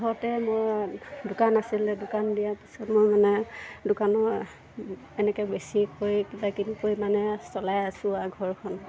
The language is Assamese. ঘৰতে মোৰ দোকান আছিলে দোকান দিয়াৰ পিছত মোৰ মানে দোকানৰ এনেকৈ বেছিকৈ কিবা কিবি কৰি মানে চলাই আছোঁ আৰু ঘৰখন